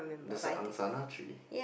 there's a Angsana tree